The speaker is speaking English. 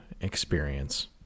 experience